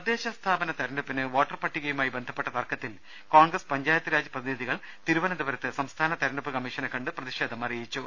തദ്ദേശ സ്ഥാപന തെരഞ്ഞെടുപ്പിന് വോട്ടർപട്ടികയുമായി ബന്ധപ്പെട്ട തർക്ക ത്തിൽ കോൺഗ്രസ് പഞ്ചായത്ത്രാജ് പ്രതിനിധികൾ തിരുവനന്തപുരത്ത് സംസ്ഥാനം തെരഞ്ഞെടുപ്പ് കമ്മീഷനെ കണ്ട് പ്രതിഷേധം അറിയിച്ചു